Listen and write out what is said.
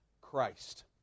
Christ